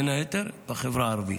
בין היתר החברה הערבית.